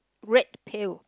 red pail